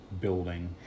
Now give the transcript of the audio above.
building